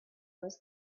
was